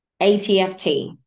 ATFT